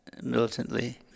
militantly